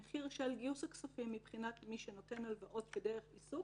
המחיר של גיוס הכספים מבחינת מי שנותן הלוואות כדרך עיסוק,